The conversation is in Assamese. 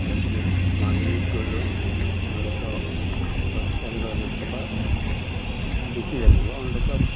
গতিকে মাজুলীত গ'লেও অন্ততঃ দছ পোন্ধৰ হাজাৰ টকা বেছি লাগিব অন্ততঃ